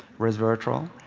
resveratrol.